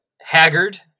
haggard